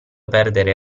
perdere